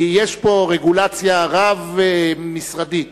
יש פה רגולציה רב-משרדית.